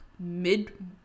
mid